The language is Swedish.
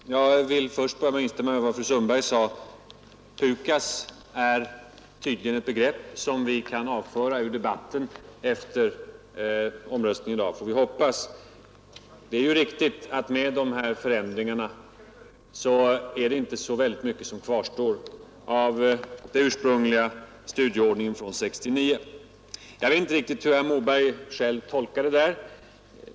Fru talman! Jag vill först instämma i vad fru Sundberg sade. PUKAS är ett begrepp som vi hoppas kunna avföra ur debatten efter omröstningen i dag. Med de förändringar som gjorts är det inte mycket som kvarstår av den ursprungliga studieordningen från 1969. Jag vet inte hur herr Moberg själv tolkar detta.